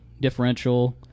differential